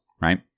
Right